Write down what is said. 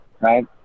right